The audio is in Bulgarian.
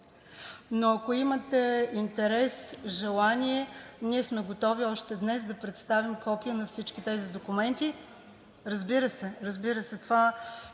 Но ако имате интерес и желание, ние сме готови още днес да представим копия на всички тези документи. (Реплики.) Разбира се, разбира се –